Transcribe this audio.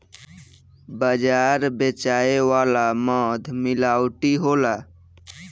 बाजार बेचाए वाला मध मिलावटी होला